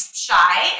shy